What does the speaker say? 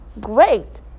Great